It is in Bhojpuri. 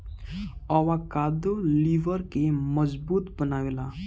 अवाकादो लिबर के मजबूत बनावेला